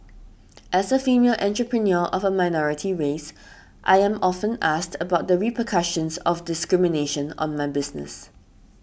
as a female entrepreneur of a minority race I am often asked about the repercussions of discrimination on my business